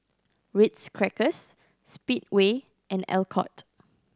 Ritz Crackers Speedway and Alcott